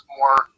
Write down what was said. more